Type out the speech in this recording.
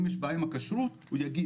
אם יש בעיה עם הכשרות הוא יגיד.